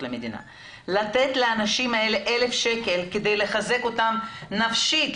למדינה לתת לאנשים האלה 1,000 שקל כדי לחזק אותם נפשית?